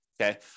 okay